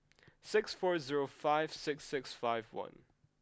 six four zero five six six five one